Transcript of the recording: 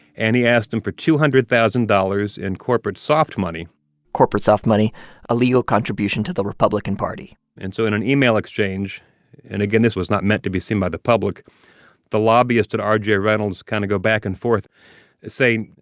and he asked them for two hundred thousand dollars in corporate soft money corporate soft money a legal contribution to the republican party and so in an email exchange and, again, this was not meant to be seen by the public the lobbyists at r j. reynolds kind of go back-and-forth saying,